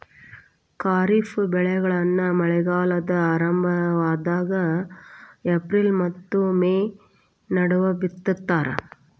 ಖಾರಿಫ್ ಬೆಳೆಗಳನ್ನ ಮಳೆಗಾಲದ ಆರಂಭದಾಗ ಏಪ್ರಿಲ್ ಮತ್ತ ಮೇ ನಡುವ ಬಿತ್ತತಾರ